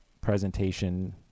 presentation